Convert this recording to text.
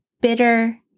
bitter